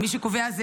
מי שקובע זה